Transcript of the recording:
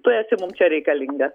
tu esi mum čia reikalinga